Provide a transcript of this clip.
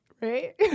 right